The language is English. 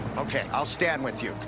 ok. i'll stand with you.